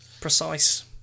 Precise